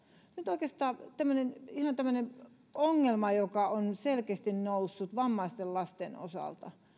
nyt oikeastaan tämmöinen ihan tämmöinen ongelma joka on selkeästi noussut vammaisten lasten